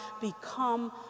become